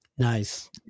Nice